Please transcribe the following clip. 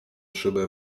szybę